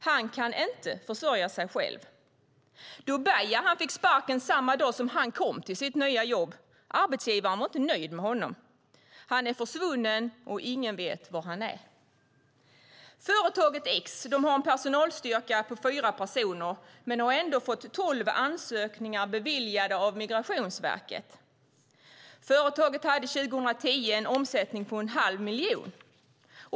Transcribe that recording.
Han kan inte försörja sig själv. Dobaja fick sparken samma dag som han kom till sitt nya jobb. Arbetsgivaren var inte nöjd med honom. Han är försvunnen, och ingen vet var han är. Företaget X har en personalstyrka på fyra personer men har ändå fått tolv ansökningar beviljade av Migrationsverket. Företaget hade 2010 en omsättning på en halv miljon.